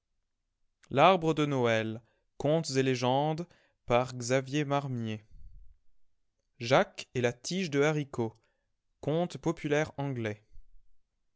l jacques et la tige de haricots conte populaire anglais